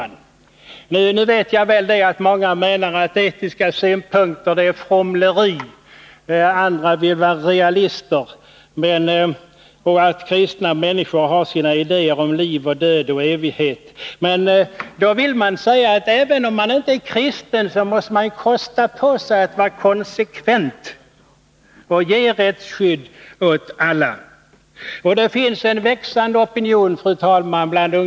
Nu vet jag att många menar att talet om etiska synpunkter är fromleri. Andra vill vara realister och menar att kristna människor har sina idéer om liv och död och evighet. Men jag vill säga att även om man inte är kristen, så måste man kosta på sig att vara konsekvent och ge rättsskydd åt alla. Det finns, fru talman, en växande opinion i ungdomsvärlden.